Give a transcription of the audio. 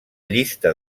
llista